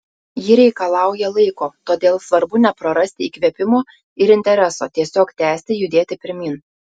ji reikalauja laiko todėl svarbu neprarasti įkvėpimo ir intereso tiesiog tęsti judėti pirmyn